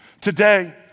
Today